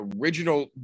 original